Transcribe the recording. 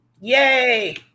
Yay